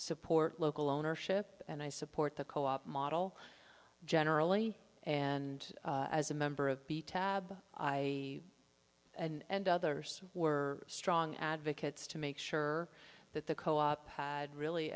support local ownership and i support the co op model generally and as a member of the tab i and others were strong advocates to make sure that the co op had really